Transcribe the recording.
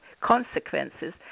consequences